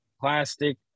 plastic